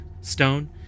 stone